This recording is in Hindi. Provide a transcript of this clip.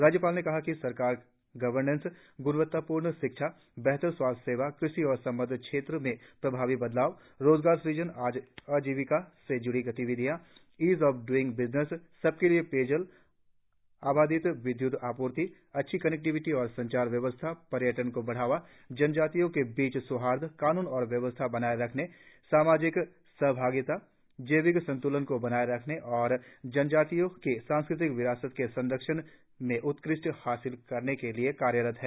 राज्यपाल ने कहा कि सरकार गवर्नेंस गुणवत्तापूर्ण शिक्षा बेहतर स्वास्थ्य सेवाओं कृषि और संबद्ध क्षेत्रों में प्रभावी बदलाव रोजगार सृजन आजीविका से जुड़ी गतिविधियों इज ऑफ इयिंग बिजनेस सबके लिए पेयजल अबाधित विद्य्त आप्र्ति अच्छी कनेक्टिविटी और संचार व्यवस्था पर्यटन को बढ़ावा जनजातियों के बीच सौहार्द कानून एवं व्यवस्था बनाए रखने समाजिक सहभागिता जैविक संत्रलल्न को बनाए रखने और जनजातियिओं के सांस्कृतिक विरासत के संरक्षण में उत्कृष्टता हासिल करने के लिए कार्यरत है